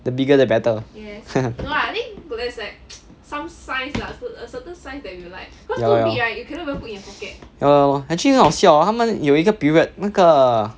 the bigger the better ya lor ya lor ya lor ya lor actually 很好笑 hor 他们有一个 period 那个